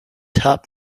helped